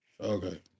Okay